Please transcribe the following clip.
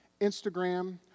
Instagram